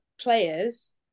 players